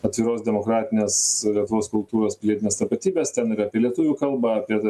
atviros demokratinės lietuvos kultūros pilietinės tapatybės ten yra apie lietuvių kalbą apie